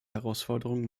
herausforderung